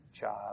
child